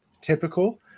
typical